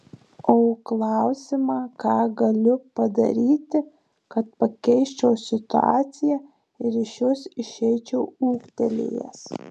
o klausimą ką galiu padaryti kad pakeisčiau situaciją ir iš jos išeičiau ūgtelėjęs